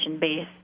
base